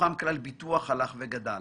ובתוכם כלל ביטוח, הלך וגדל.